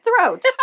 throat